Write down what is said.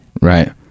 right